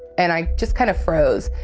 and i just kind of froze.